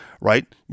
right